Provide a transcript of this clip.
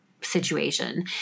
situation